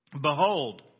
Behold